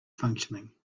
functioning